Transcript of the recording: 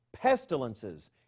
pestilences